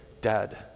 dead